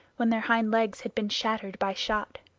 when their hind legs had been shattered by shot.